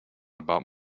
about